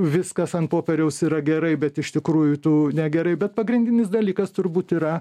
viskas ant popieriaus yra gerai bet iš tikrųjų tu negerai bet pagrindinis dalykas turbūt yra